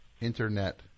Internet